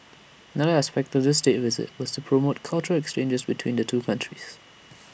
another aspect of this State Visit was to promote cultural exchanges between the two countries